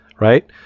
right